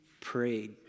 prayed